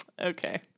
Okay